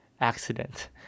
accident